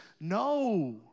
No